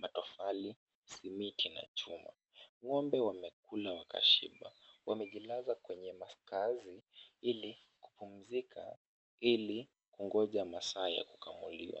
matofali , simiti na chuma. Ngo'mbe wamekula wakashiba. Wamejilaza kwenye makaazi ili kupumzika ili kungoja masaa ya kukamuliwa.